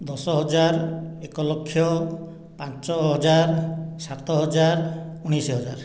ଦଶ ହଜାର ଏକ ଲକ୍ଷ ପାଞ୍ଚ ହଜାର ସାତ ହଜାର ଉଣେଇଶ ହଜାର